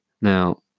Now